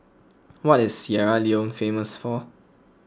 what is Sierra Leone famous for